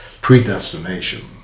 predestination